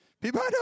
People